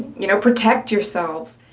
you know, protect yourselves.